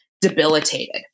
debilitated